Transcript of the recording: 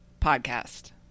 podcast